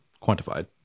quantified